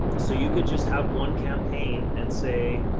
so you could just have one campaign and say,